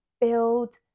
build